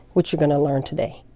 which you're going to learn today.